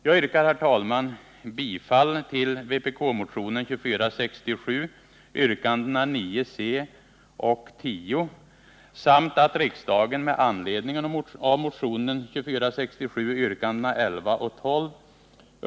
Jag yrkar, herr talman, bifall till vpk-motionen 2467 yrkandena 9 c och 10.